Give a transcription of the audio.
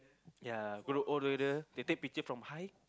ya go altogether you take picture from high